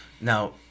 Now